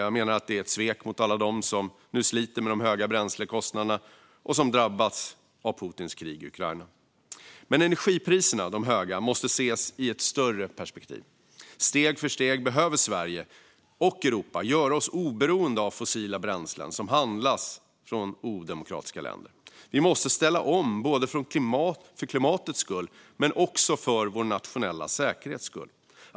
Jag menar att det är ett svek mot alla dem som nu sliter med de höga bränslekostnaderna och som drabbas av Putins krig i Ukraina. Men de höga energipriserna måste ses i ett större perspektiv. Steg för steg behöver Sverige och Europa göra oss oberoende av fossila bränslen som köps från odemokratiska länder. Vi måste ställa om, för klimatets men också för vår nationella säkerhets skull.